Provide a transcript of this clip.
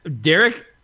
Derek